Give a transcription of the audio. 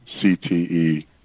CTE